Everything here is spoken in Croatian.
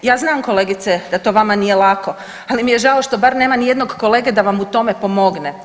Ja znam kolegice da to vama nije lako, ali mi je žao što bar nema ni jednog kolege da vam u tome pomogne.